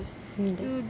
mm then